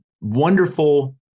wonderful